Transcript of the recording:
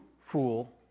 fool